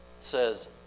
says